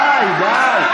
די, די.